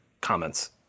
comments